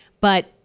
But-